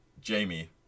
Jamie